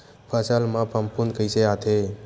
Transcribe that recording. फसल मा फफूंद कइसे आथे?